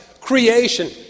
creation